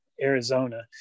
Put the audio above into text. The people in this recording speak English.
Arizona